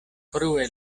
frue